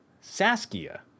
Saskia